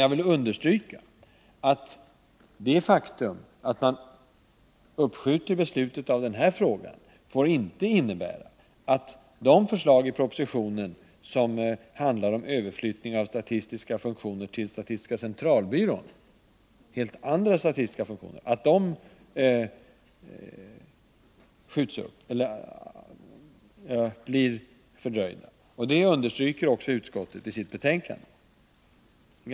Jag vill dock understryka att det faktum att man uppskjuter beslutet i den här frågan inte får innebära att de förslag i propositionen som handlar om överflyttning av andra statistiska funktioner till statistiska centralbyrån fördröjs. Det säger också utskottet i sitt betänkande.